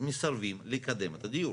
מסרבים לקדם את הדיור.